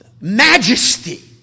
majesty